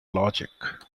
logic